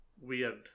weird